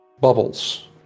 bubbles